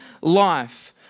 life